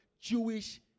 Jewish